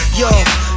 yo